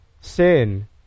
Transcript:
sin